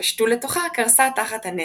פלשו לתוכה קרסה תחת הנטל.